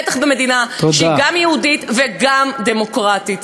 בטח במדינה שהיא גם יהודית וגם דמוקרטית.